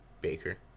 Baker